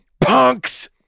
punks